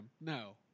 No